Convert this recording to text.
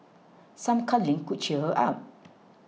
some cuddling could cheer her up